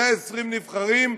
120 נבחרים,